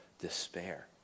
despair